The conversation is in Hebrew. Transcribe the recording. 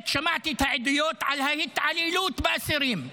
שמעתי את העדויות על ההתעללות באסירים.